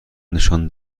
نشان